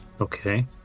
Okay